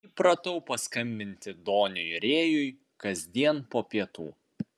įpratau paskambinti doniui rėjui kasdien po pietų